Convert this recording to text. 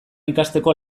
ikasteko